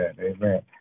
Amen